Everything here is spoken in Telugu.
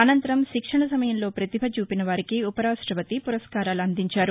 అనంతరం శిక్షణ సమయంలో పతిభ చూపిన వారికి ఉపరాష్టపతి పురస్కారాలు అందించారు